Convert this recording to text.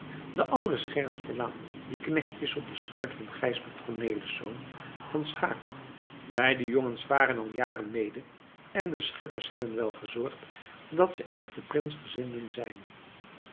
de ander is gerrit verlaen die knecht is op de schuit van gijsbert cornelisz van schaeck beide jongens varen al jaren mede en de schippers hebben wel gezorgd dat ze echte prinsgezinden zijn